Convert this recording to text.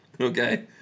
okay